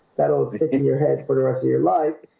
that was in your head for the rest of your life